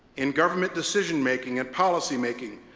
in government decision-making and policy-making,